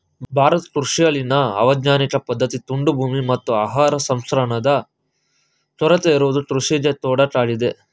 ಭಾರತ ಕೃಷಿಯಲ್ಲಿನ ಅವೈಜ್ಞಾನಿಕ ಪದ್ಧತಿ, ತುಂಡು ಭೂಮಿ, ಮತ್ತು ಆಹಾರ ಸಂಸ್ಕರಣಾದ ಕೊರತೆ ಇರುವುದು ಕೃಷಿಗೆ ತೊಡಕಾಗಿದೆ